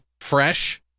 Fresh